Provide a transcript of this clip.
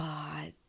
God